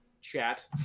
chat